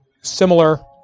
similar